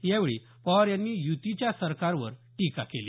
यावेळी पवार यांनी युतीच्या सरकारवर टीका केली